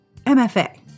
MFA